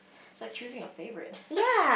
is like choosing a favourite